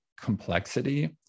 complexity